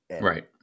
right